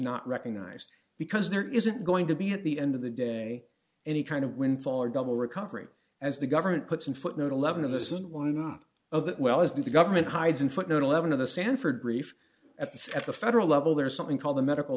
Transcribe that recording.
not recognized because there isn't going to be at the end of the day any kind of windfall or double recovery as the government puts in footnote eleven and this isn't one of that well as the government hides in footnote eleven of the sanford brief at the at the federal level there is something called the medical